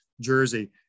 jersey